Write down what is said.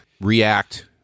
react